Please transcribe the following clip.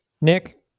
Nick